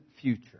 future